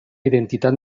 identitat